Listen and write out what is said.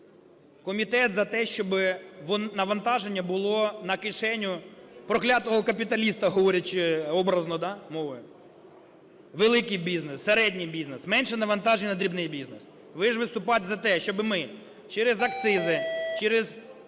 Комітет за те, щоб навантаження було на кишеню проклятого капіталіста, говорячи образною, да, мовою. Великий бізнес, середній бізнес, менше навантаження на дрібний бізнес. Ви ж виступаєте за те, щоб ми через акцизи, через